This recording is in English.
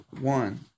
one